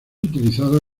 utilizado